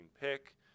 pick